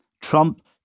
Trump